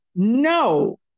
No